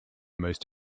most